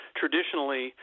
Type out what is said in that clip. traditionally